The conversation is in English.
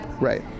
right